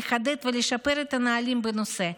לחדד ולשפר את הנהלים בנושא,